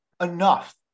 enough